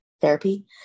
therapy